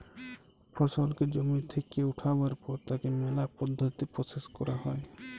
ফসলকে জমি থেক্যে উঠাবার পর তাকে ম্যালা পদ্ধতিতে প্রসেস ক্যরা হ্যয়